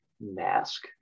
mask